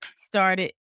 started